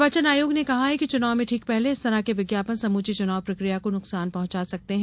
निर्वाचन आयोग ने कहा कि चुनाव में ठीक पहले इस तरह के विज्ञापन समूची चुनाव प्रक्रिया को नुकसान पहुंचा सकते हैं